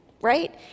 right